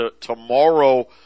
tomorrow